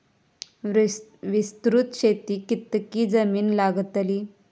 विस्तृत शेतीक कितकी जमीन लागतली?